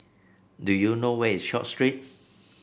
do you know where is Short Street